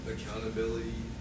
Accountability